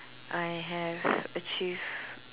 I have achieved